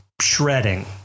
shredding